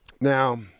Now